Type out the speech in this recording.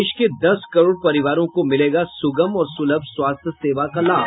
देश के दस करोड़ परिवारों को मिलेगा सुगम और सुलभ स्वास्थ्य सेवा का लाभ